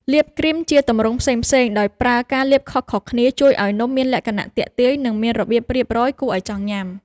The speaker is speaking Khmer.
លាបគ្រីមជាទម្រង់ផ្សេងៗដោយប្រើការលាបខុសៗគ្នាជួយឱ្យនំមានលក្ខណៈទាក់ទាញ និងមានរបៀបរៀបរយគួរឱ្យចង់ញ៉ាំ។